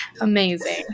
Amazing